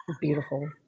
beautiful